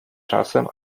czasem